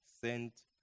sent